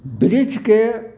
बृक्षके